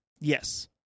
Yes